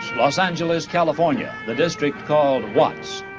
los angeles, california. the district called watts.